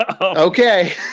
Okay